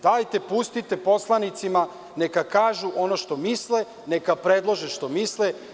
Dajte, pustite poslanicima neka kažu ono što misle, neka predlože što misle.